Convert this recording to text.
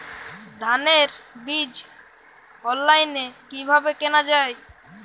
ধানের বীজ অনলাইনে কিভাবে কেনা যায়?